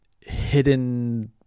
hidden